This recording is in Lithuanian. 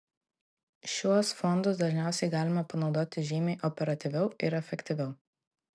šiuos fondus dažniausiai galima panaudoti žymiai operatyviau ir efektyviau